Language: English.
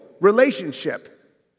relationship